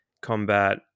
combat